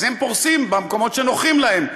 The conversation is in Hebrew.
אז הם פורסים במקומות שנוחים להם,